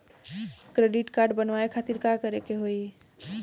Credit card बनवावे खातिर का करे के होई?